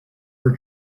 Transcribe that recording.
for